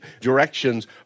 directions